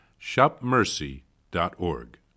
shopmercy.org